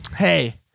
Hey